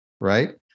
right